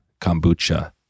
Kombucha